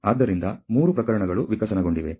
ಆದ್ದರಿಂದ 3 ಪ್ರಕರಣಗಳು ವಿಕಸನಗೊಂಡಿವೆ